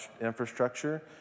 infrastructure